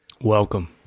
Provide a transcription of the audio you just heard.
welcome